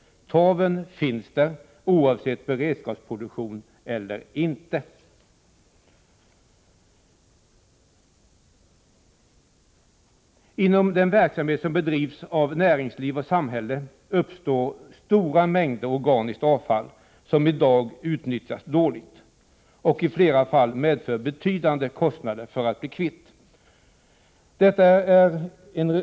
Torven finns där, oavsett om det sker en beredskapsproduktion eller inte. Inom den verksamhet som bedrivs av näringsliv och samhälle uppstår stora mängder organiskt avfall, som i dag utnyttjas dåligt. Många gånger är det också förenat med betydande kostnader att bli kvitt detta avfall.